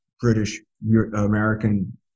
British-American